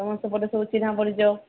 ତୁମ ସେପଟେ ସବୁ ଚିହ୍ନା ପରିଚୟ